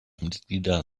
mitglieder